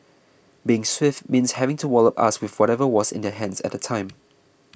being swift means having to wallop us with whatever was in their hands at the time